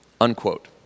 Unquote